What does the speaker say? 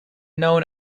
known